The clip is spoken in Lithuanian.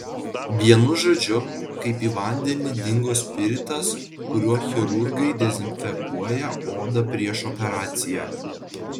vienu žodžiu kaip į vandenį dingo spiritas kuriuo chirurgai dezinfekuoja odą prieš operaciją